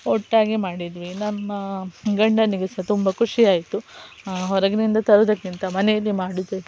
ಒಟ್ಟಾಗಿ ಮಾಡಿದ್ವಿ ನಮ್ಮ ಗಂಡನಿಗೆ ಸ ತುಂಬ ಖುಷಿಯಾಯ್ತು ಹೊರಗಿನಿಂದ ತರೋದಕ್ಕಿಂತ ಮನೆಯಲ್ಲಿ ಮಾಡೋದೇ